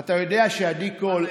אתה יודע שעדי קול,